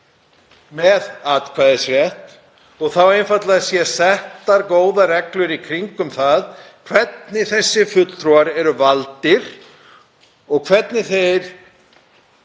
með atkvæðisrétt og þá einfaldlega séu settar góðar reglur í kringum það hvernig þessir fulltrúar eru valdir og hvernig þeir